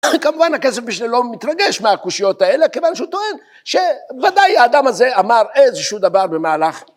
כמובן הכסף משנה לא מתרגש מהקושיות האלה, כיוון שהוא טוען שוודאי האדם הזה אמר איזשהו דבר במהלך